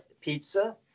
Pizza